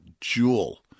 jewel